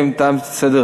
נתקבלה.